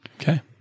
Okay